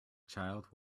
child